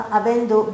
avendo